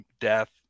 death